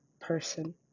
person